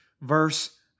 verse